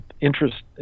interest